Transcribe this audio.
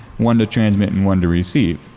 one to transmit and one to receive.